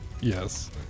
Yes